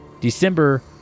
December